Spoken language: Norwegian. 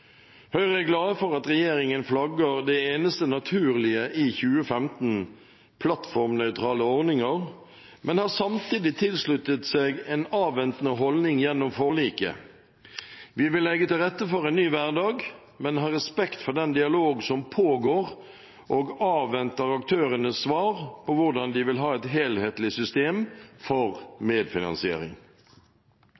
Høyre er glad for at regjeringen flagger det eneste naturlige i 2015, plattformnøytrale ordninger, men har samtidig tilsluttet seg en avventende holdning gjennom forliket. Vi vil legge til rette for en ny hverdag, men har respekt for den dialog som pågår, og avventer aktørenes svar på hvordan de vil ha et helhetlig system for medfinansiering.